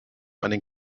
einen